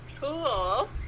cool